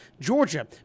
Georgia